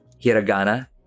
hiragana